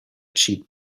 cheat